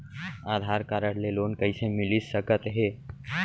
आधार card ले loan कइसे मिलिस सकत हे?